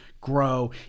grow